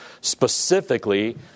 specifically